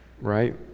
right